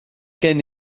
gen